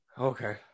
okay